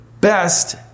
best